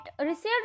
received